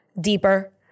deeper